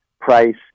price